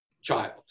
child